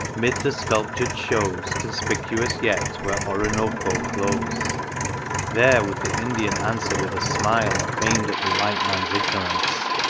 mid the sculptured shows conspicuous yet where oroonoko flows there would the indian answer with a smile aim d at the white man's ignorance,